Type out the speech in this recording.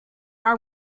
our